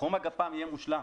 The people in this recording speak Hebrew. תחום הגפ"ם יהיה מושלם.